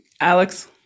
Alex